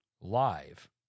live